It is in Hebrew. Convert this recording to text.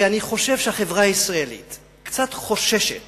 אני חושב שהחברה הישראלית קצת חוששת